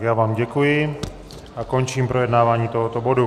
Já vám děkuji a končím projednávání tohoto bodu.